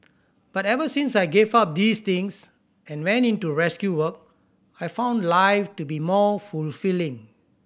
but ever since I gave up these things and went into rescue work I've found life to be more fulfilling